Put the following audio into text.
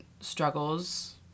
struggles